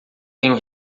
tenho